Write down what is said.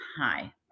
hi